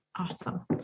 Awesome